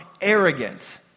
arrogant